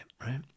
right